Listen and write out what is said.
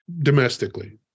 domestically